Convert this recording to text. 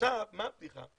עכשיו מה הבדיחה?